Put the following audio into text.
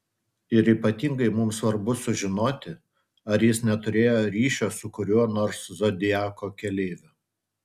ir ypatingai mums svarbu sužinoti ar jis neturėjo ryšio su kuriuo nors zodiako keleiviu